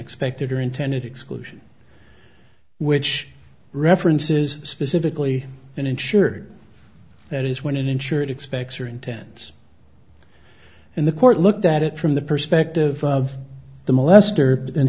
expected or intended exclusion which references specifically an insured that is when an insured expects are intense and the court looked at it from the perspective of the molester and